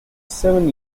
seven